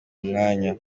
mwanya